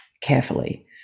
carefully